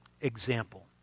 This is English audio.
example